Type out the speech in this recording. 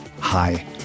Hi